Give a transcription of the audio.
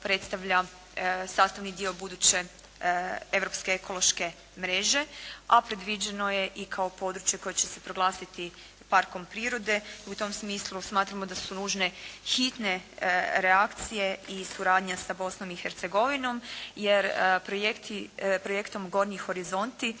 sastavni dio buduće evropske, ekološke mreže, a predviđeno je i kao područje koje će se proglasiti parkom prirode i u tom smislu smatramo da su nužne hitne reakcije i suradnja sa Bosnom i Hercegovinom. Jer projektom gornji horizonti